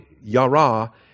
yara